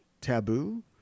Taboo